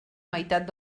meitat